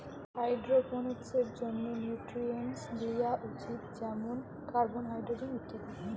হাইড্রোপনিক্সের জন্যে নিউট্রিয়েন্টস লিয়া উচিত যেমন কার্বন, হাইড্রোজেন ইত্যাদি